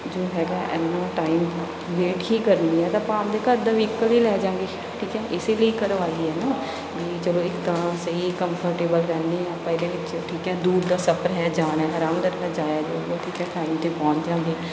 ਜੋ ਹੈਗਾ ਇੰਨਾ ਟਾਈਮ ਵੇਟ ਹੀ ਕਰਨੀ ਹੈ ਤਾਂ ਆਪਾਂ ਆਪਣੇ ਘਰ ਦਾ ਵਹੀਕਲ ਹੀ ਲੈ ਜਾਂਗੇ ਠੀਕ ਹੈ ਇਸ ਲਈ ਕਰਵਾਈ ਹੈ ਨਾ ਵੀ ਚੱਲੋ ਇੱਕ ਤਾਂ ਸਹੀ ਕੰਫਰਟੇਬਲ ਰਹਿੰਦੇ ਹਾਂ ਆਪਾਂ ਇਹਦੇ ਵਿੱਚ ਠੀਕ ਹੈ ਦੂਰ ਦਾ ਸਫ਼ਰ ਹੈ ਜਾਣਾ ਅਰਾਮਦਾਰੀ ਨਾਲ ਜਾਇਆ ਜਾਵੇਗਾ ਠੀਕ ਹੈ ਟਾਇਮ 'ਤੇ ਪਹੁੰਚ ਜਾਂਗੇ